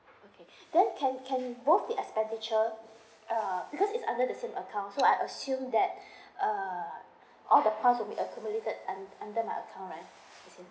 okay then can can both the expenditure uh because is under the same account so I assume that uh all the points can be accumulated under my account right